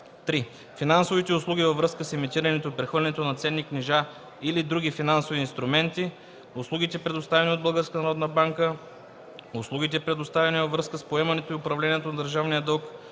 „3. финансовите услуги във връзка с емитирането и прехвърлянето на ценни книжа или други финансови инструменти; услугите, предоставяни от Българската народна банка; услугите, предоставяни във връзка с поемането и управлението на държавния дълг;